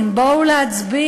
באוטובוסים, בואו להצביע".